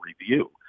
review